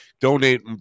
donate